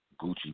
Gucci